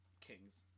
kings